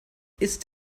ist